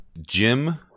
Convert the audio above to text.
Jim